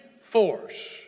force